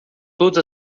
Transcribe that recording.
todas